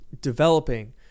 developing